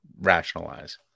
rationalize